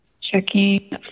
Checking